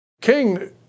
King